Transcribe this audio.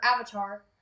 avatar